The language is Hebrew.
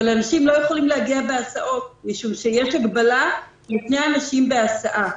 אבל אנשים לא יכולים להגיע בהסעות משום שיש הגבלה לשני אנשים בהסעה.